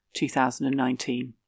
2019